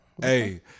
Hey